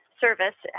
service